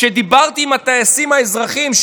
כשדיברתי עם הטייסים האזרחיים,